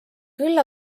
küll